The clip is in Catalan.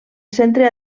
centre